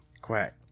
Quack